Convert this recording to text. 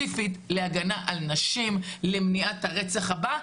ספציפית להגנה על נשים, למניעת הרצח הבא.